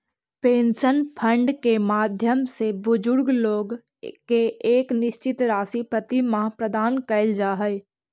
pension fund के माध्यम से बुजुर्ग लोग के एक निश्चित राशि प्रतिमाह प्रदान कैल जा हई